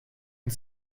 und